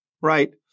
right